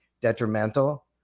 detrimental